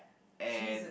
and